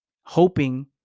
hoping